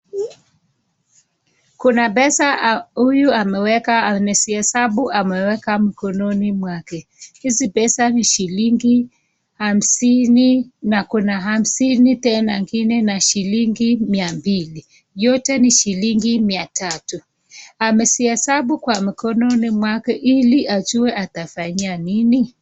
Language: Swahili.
Kuna pesa huyu ameweka, amezihesabu ameweka mkononi mwake. Hizi pesa ni shilingi hamsini na kuna hamsini tena ingine na shilingi mia mbili, yote ni shilingi mia tatu. Amezihesabu kwa mkononi mwake ili ajue atafanyia nini.